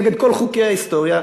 נגד כל חוקי ההיסטוריה,